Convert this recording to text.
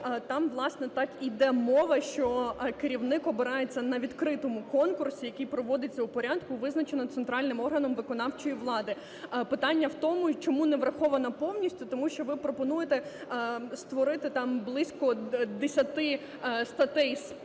там, власне, так і йде мова, що керівник обирається на відкритому конкурсі, який проводиться у порядку, визначеному центральним органом виконавчої влади. Питання в тому, чому не враховано повністю? Тому що ви пропонуєте створити там близько 10 статей з